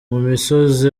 misozi